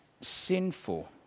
sinful